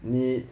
你